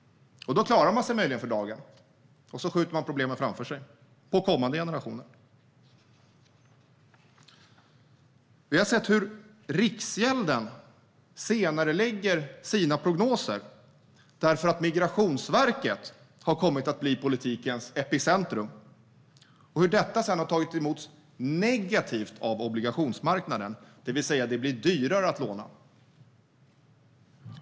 Då klarar man sig möjligen för dagen, men man skjuter problemen framför sig på kommande generationer. Vi har sett hur Riksgälden senarelägger sina prognoser, eftersom Migrationsverket har kommit att bli politikens epicentrum, och hur detta tagits emot negativt av obligationsmarknaden, det vill säga att det blir dyrare att låna.